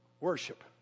Worship